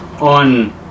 on